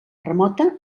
remota